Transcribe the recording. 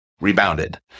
rebounded